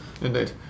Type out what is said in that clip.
Indeed